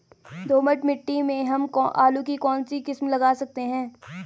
दोमट मिट्टी में हम आलू की कौन सी किस्म लगा सकते हैं?